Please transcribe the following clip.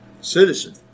Citizen